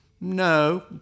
no